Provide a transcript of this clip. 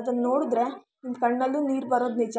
ಅದನ್ನು ನೋಡಿದ್ರೆ ನಿಮ್ಮ ಕಣ್ಣಲ್ಲೂ ನೀರು ಬರೋದು ನಿಜ